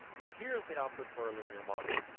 so here's the output for our linear model.